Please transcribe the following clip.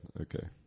Okay